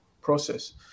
process